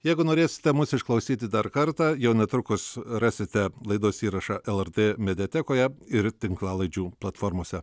jeigu norėsite mus išklausyti dar kartą jau netrukus rasite laidos įrašą lrt mediatekoje ir tinklalaidžių platformose